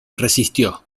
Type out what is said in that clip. resistió